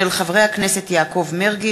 מאת חברי הכנסת יעקב מרגי,